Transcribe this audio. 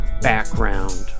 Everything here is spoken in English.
background